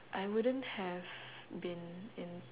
I wouldn't have been in